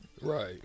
Right